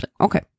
Okay